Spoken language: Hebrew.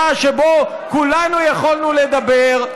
שבו כולנו יכולנו לדבר,